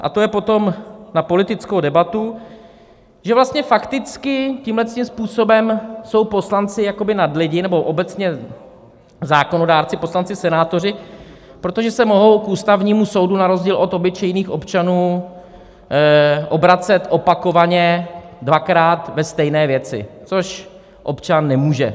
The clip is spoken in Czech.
A to je potom na politickou debatu, že vlastně fakticky tímhletím způsobem jsou poslanci jakoby nadlidi, nebo obecně zákonodárci poslanci, senátoři , protože se mohou k Ústavnímu soudu na rozdíl od obyčejných občanů obracet opakovaně dvakrát ve stejné věci, což občan nemůže.